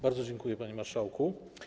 Bardzo dziękuję, panie marszałku.